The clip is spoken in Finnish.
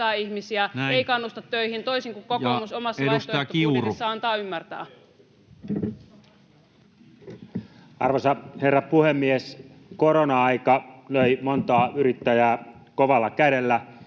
ei kannusta töihin, toisin kuin kokoomus omassa vaihtoehtobudjetissaan antaa ymmärtää. Ja edustaja Kiuru. Arvoisa herra puhemies! Korona-aika löi montaa yrittäjää kovalla kädellä,